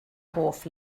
hoff